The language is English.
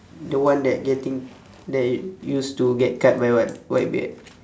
the one that getting that used to get cut by white whitebeard